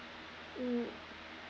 mm